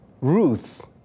Ruth